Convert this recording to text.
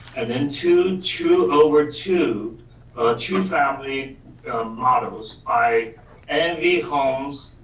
and then two two over two two and family models by envy homes,